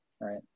right